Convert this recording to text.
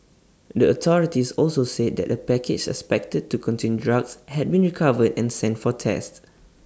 the authorities also said that A package suspected to contain drugs had been recovered and sent for tests